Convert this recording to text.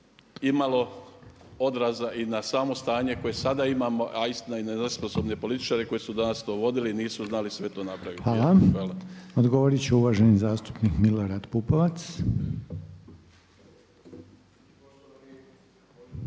imalo odraza i na samo stanje koje sada imamo, a istina i na nesposobne političare koji su danas to vodili i nisu znali sve to napraviti. Hvala. **Reiner, Željko (HDZ)** Hvala. Odgovorit će uvaženi zastupnik Milorad Pupovac.